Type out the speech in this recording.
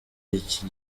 iki